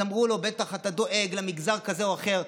אז אמרו לו: בטח אתה דואג למגזר כזה או אחר.